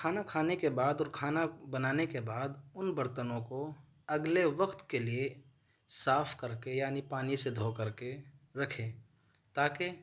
کھانا کھانے کے بعد اور کھانا بنانے کے بعد ان برتنوں کو اگلے وقت کے لیے صاف کر کے یعنی پانی سے دھو کر کے رکھیں تاکہ